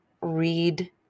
read